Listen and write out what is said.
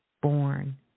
born